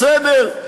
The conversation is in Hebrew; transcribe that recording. בסדר?